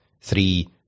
three